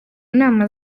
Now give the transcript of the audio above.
nama